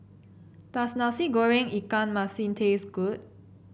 does Nasi Goreng Ikan Masin taste good